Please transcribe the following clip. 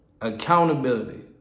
Accountability